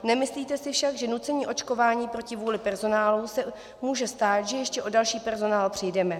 Nemyslíte si však, že nucením k očkování proti vůli personálu se může stát, že ještě o další personál přijdeme?